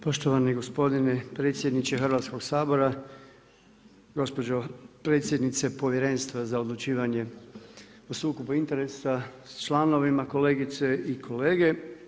Poštovani gospodine predsjedniče Hrvatskog sabora, gospođo predsjednice Povjerenstva za odlučivanje o sukobu interesa sa članovima, kolegice i kolege.